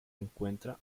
encuentra